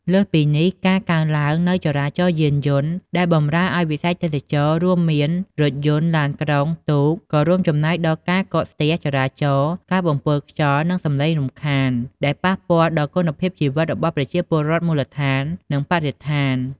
លើសពីនេះ ការកើនឡើងនូវចរាចរណ៍យានយន្តដែលបម្រើឱ្យវិស័យទេសចរណ៍ រួមមាន រថយន្ត ឡានក្រុង ទូក ក៏រួមចំណែកដល់ការកកស្ទះចរាចរណ៍ ការបំពុលខ្យល់ និងសំឡេងរំខាន ដែលប៉ះពាល់ដល់គុណភាពជីវិតរបស់ប្រជាពលរដ្ឋមូលដ្ឋាន និងបរិស្ថាន។